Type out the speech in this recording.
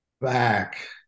back